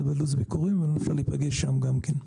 זה בלו"ז הביקורים ונוכל להיפגש שם גם כן.